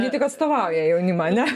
jie tik atstovauja jaunimą ane